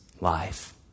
life